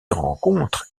rencontres